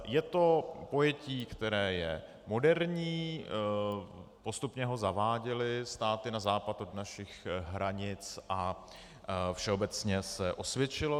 Je to pojetí, které je moderní, postupně ho zaváděly státy na západ od našich hranic a všeobecně se osvědčilo.